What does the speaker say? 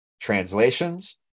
translations